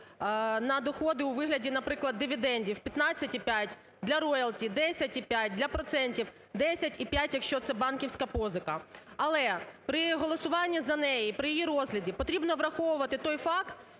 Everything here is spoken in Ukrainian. на доходи у вигляді, наприклад, дивідендів – 15,5, для роялті – 10,5, для процентів – 10,5, якщо це банківська позика. Але при голосуванні за неї, при її розгляді потрібно враховувати той факт,